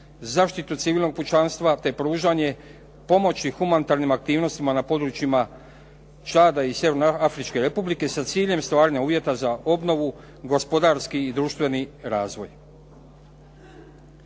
zaštitu civilnog pučanstva, te pružanje pomoći humanitarnim aktivnostima na područjima Čada i Sjevernoafričke Republike sa ciljem stvaranja uvjeta za obnovu, gospodarski i društveni razvoj.